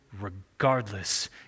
regardless